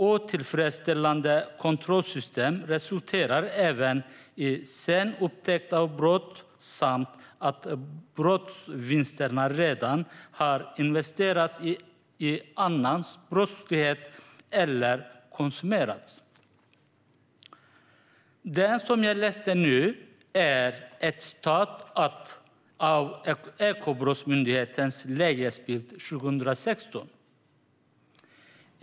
Otillfredsställande kontrollsystem resulterar även i sen upptäckt av brott samt att brottsvinsterna redan har investerats i annan brottslighet eller konsumerats." Det som jag läste nu är ett citat ur Ekobrottsmyndighetens lägesbild om ekonomisk brottslighet i Sverige 2016 .